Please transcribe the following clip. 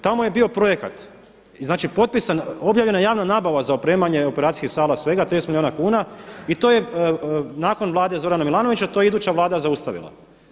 Tamo je bio projekat, znači potpisan, objavljena javna nabava za opremanje operacijskih sala, svega 30 milijuna kuna i to je nakon Vlade Zorana Milanovića to je iduća Vlada zaustavila.